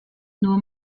nur